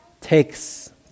takes